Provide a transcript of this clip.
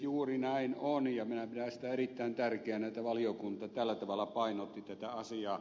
juuri näin on ja minä pidän sitä erittäin tärkeänä että valiokunta tällä tavalla painotti tätä asiaa